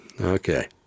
Okay